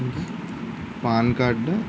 PAN card